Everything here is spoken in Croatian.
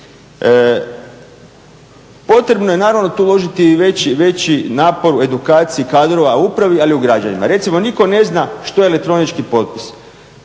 Potrebno je naravno tu uložiti i veći napor u edukaciji kadrova u upravi ali i u građanima. Recimo, nitko ne zna što je elektronički potpis,